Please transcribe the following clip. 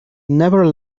never